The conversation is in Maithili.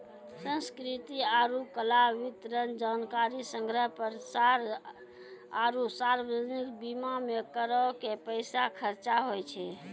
संस्कृति आरु कला, वितरण, जानकारी संग्रह, प्रसार आरु सार्वजनिक बीमा मे करो के पैसा खर्चा होय छै